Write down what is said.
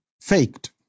faked